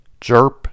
Jerp